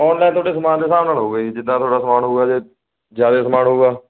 online ਤੁਹਾਡੇ ਸਮਾਨ ਦੇ ਹਿਸਾਬ ਨਾਲ ਹੋ ਗਏ ਜੀ ਜਿੱਦਾਂ ਤੁਹਾਡਾ ਸਮਾਨ ਹੋਊਗਾ ਜੇ ਜਿਆਦਾ ਸਮਾਨ ਹੋਊਗਾ